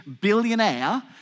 billionaire